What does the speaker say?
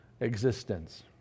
existence